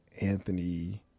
Anthony